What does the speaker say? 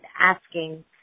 asking